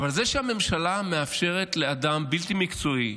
אבל זה שהממשלה מאפשרת לאדם בלתי מקצועי,